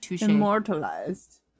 immortalized